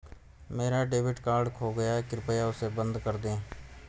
मेरा debit card खो गया है, कृपया उसे बंद कर दें